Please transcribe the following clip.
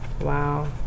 Wow